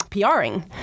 PRing